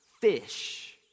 fish